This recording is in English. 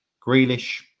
Grealish